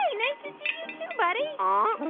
nice to see you, too, buddy ah,